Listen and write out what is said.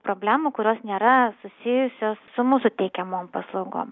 problemų kurios nėra susijusios su mūsų teikiamom paslaugom